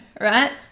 right